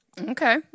Okay